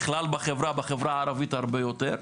בחברה בכלל ובחברה הערבית הרבה יותר.